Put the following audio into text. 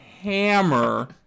hammer